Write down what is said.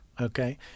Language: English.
Okay